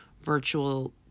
virtual